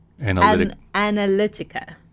analytica